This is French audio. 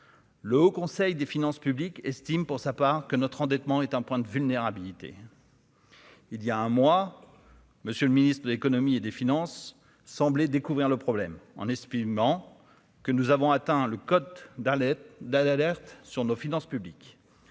Le Haut Conseil des finances publiques, estime pour sa part que notre endettement est un point de vulnérabilité, il y a un mois, monsieur le Ministre de l'Économie et des Finances semblait découvrir le problème en estimant que nous avons atteint le code d'alerte sur nos finances publiques,